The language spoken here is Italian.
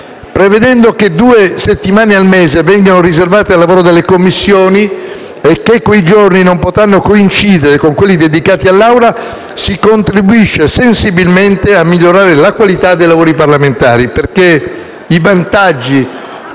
Prevedendo che due settimane al mese vengono riservate al lavoro delle Commissioni e che quei giorni non potranno coincidere con quelli dedicati all'Assemblea si contribuisce sensibilmente a migliorare la qualità dei lavori parlamentari,